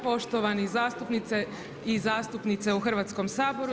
Poštovani zastupnice i zastupnici u Hrvatskom saboru.